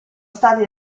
stati